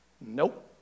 Nope